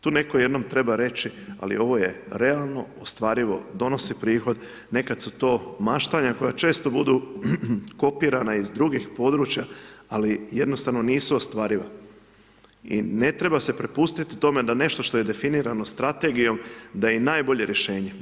Tu netko jednom treba reći, ali ovo je realno ostvarivo, donosi prihod, nekada su to maštanja koja često budu kopirana iz drugih područja, ali jednostavno nisu ostvariva i ne treba se prepustiti tome da nešto što je definirano strategijom, da je i najbolje rješenje.